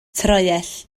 troell